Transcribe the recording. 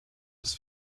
its